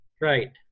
Right